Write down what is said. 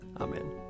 Amen